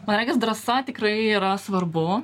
man regis drąsa tikrai yra svarbu